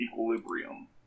equilibrium